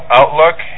outlook